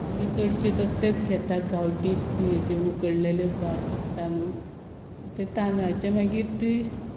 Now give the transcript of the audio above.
आमी चडशे तसलेच घेता गांवठी हेचे उकडलेले भात तांदूळ तें तांदळाचे मागीर तें